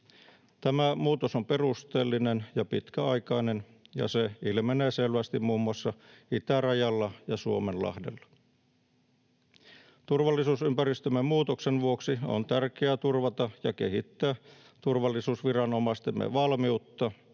Tämä muutos on perusteellinen ja pitkäaikainen, ja se ilmenee selvästi muun muassa itärajalla ja Suomenlahdella. Turvallisuusympäristömme muutoksen vuoksi on tärkeää turvata ja kehittää turvallisuusviranomaistemme valmiutta